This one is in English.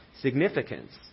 significance